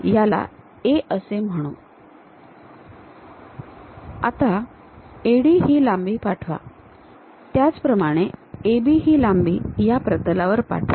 याला a असे म्हणू आता AD ही लांबी पाठवा त्याचप्रमाणे AB ही लांबी या प्रतलावर पाठवा